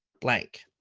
blank.